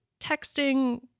texting